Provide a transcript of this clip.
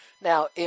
Now